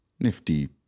nifty